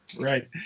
Right